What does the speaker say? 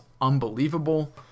unbelievable